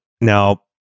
now